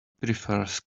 prefers